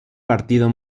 partido